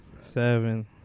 seven